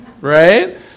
right